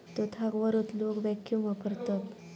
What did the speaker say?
दुधाक वर उचलूक वॅक्यूम वापरतत